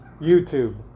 YouTube